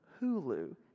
Hulu